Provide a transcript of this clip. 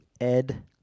Ed